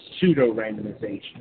pseudo-randomization